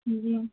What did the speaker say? जी